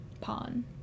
Pawn